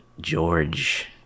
george